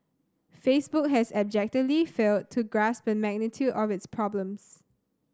Facebook has abjectly failed to grasp the magnitude of its problems